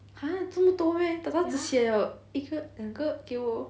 !huh! 怎么多 meh da da 写了一个两个给我